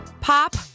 pop